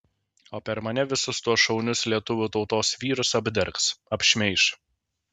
o per mane visus tuos šaunius lietuvių tautos vyrus apdergs apšmeiš